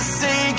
say